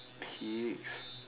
pigs